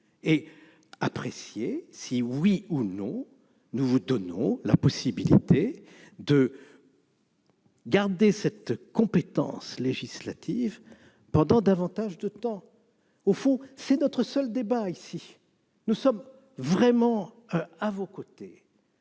et apprécier si, oui ou non, nous vous donnons la possibilité de conserver cette compétence législative pendant plus longtemps. Au fond, c'est ici notre seul point de débat. Nous sommes vraiment à vos côtés